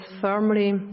firmly